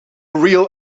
real